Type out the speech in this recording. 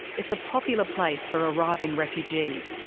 it's a popular place for arriving refugees.